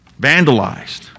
vandalized